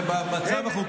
זה במצב החוקי?